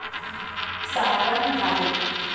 सावन भादो